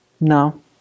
No